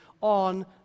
on